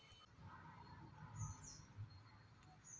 Tomato ಬೆಳೆಯ ಕಾಯಿ ಕೊರಕ ಹುಳುವಿನ ನಿಯಂತ್ರಣಕ್ಕೆ ಏನು ಮಾಡಬೇಕು?